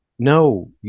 No